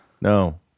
No